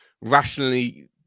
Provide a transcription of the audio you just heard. rationally